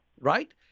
right